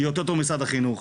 יותר טוב ממשרד החינוך